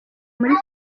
muri